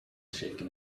shaken